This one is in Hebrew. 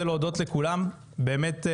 אנחנו נמשיך ונעשה לו דיון מעקב,